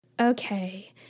okay